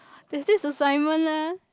is this assignment eh